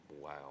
Wow